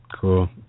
Cool